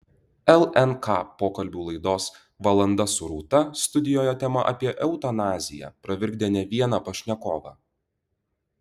lnk pokalbių laidos valanda su rūta studijoje tema apie eutanaziją pravirkdė ne vieną pašnekovą